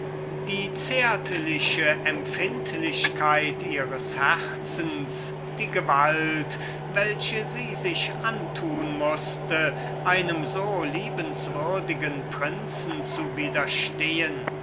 die zärtliche empfindlichkeit ihres herzens die gewalt welche sie sich antun mußte einem so liebenswürdigen prinzen zu widerstehen